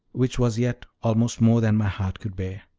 which was yet almost more than my heart could bear.